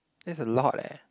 that's a lot eh